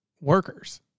workers